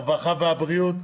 הרווחה והבריאות.